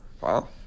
Wow